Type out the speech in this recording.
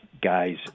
guys